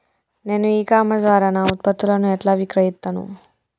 నేను e commerce ద్వారా నా ఉత్పత్తులను ఎట్లా విక్రయిత్తను?